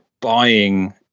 buying